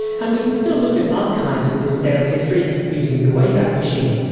and we can still look at archives of this sales history using the wayback machine.